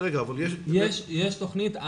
יש תוכנית,